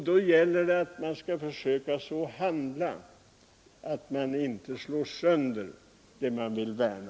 Då gäller det att försöka handla så att man inte slår sönder det man vill värna.